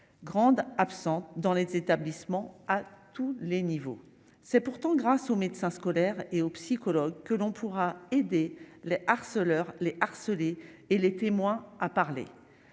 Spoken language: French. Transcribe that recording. grande absente dans les établissements à tous les niveaux, c'est pourtant grâce aux médecins scolaire et aux psychologues, que l'on pourra aider le harceleur Les harceler et les témoins à parler